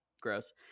gross